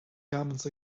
garments